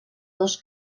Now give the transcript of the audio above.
dos